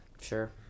Sure